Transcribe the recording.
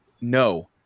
No